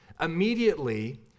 immediately